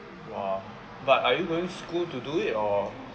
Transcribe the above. !wah! but are you going school to do it or